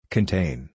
Contain